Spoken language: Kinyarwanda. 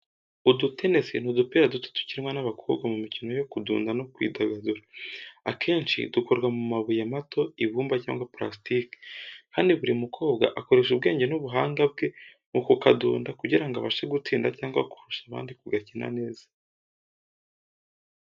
Udutenesi ni udupira duto dukinwa n’abakobwa mu mikino yo kudunda no kwidagadura. Akenshi dukorwa mu mabuye mato, ibumba cyangwa plastiki, kandi buri mukobwa akoresha ubwenge n’ubuhanga bwe mu kukadunda kugira ngo abashe gutsinda cyangwa kurusha abandi kugakina neza.